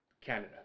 Canada